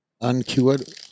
uncured